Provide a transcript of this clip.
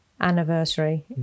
Anniversary